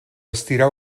estirar